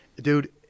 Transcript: Dude